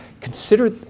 Consider